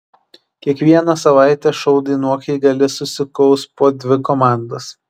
kiekvieną savaitę šou dainuok jei gali susikaus po dvi komandas